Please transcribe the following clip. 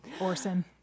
Orson